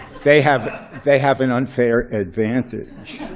they have they have an unfair advantage.